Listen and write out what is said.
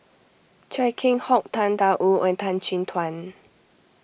Chia Keng Hock Tang Da Wu and Tan Chin Tuan